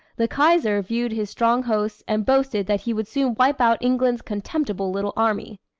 the kaiser viewed his strong hosts and boasted that he would soon wipe out england's contemptible little army.